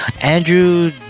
Andrew